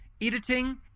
editing